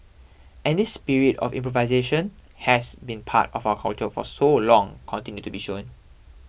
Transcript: and this spirit of improvisation has been part of our culture for so long continue to be shown